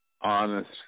honest